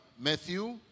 Matthew